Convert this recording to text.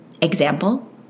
Example